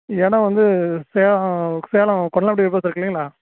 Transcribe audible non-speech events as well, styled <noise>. ஏன்னா வந்து சே சேலம் <unintelligible> இருக்குது இல்லைங்களா